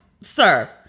Sir